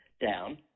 down